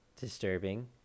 disturbing